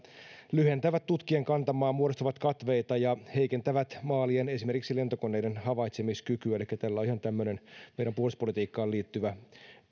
lyhentävät tutkien kantamaa ja muodostavat katveita ja heikentävät maalien esimerkiksi lentokoneiden havaitsemiskykyä elikkä tällä on ihan tämmöinen meidän puolustuspolitiikkaamme liittyvä